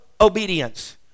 obedience